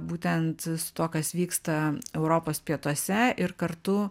būtent su tuo kas vyksta europos pietuose ir kartu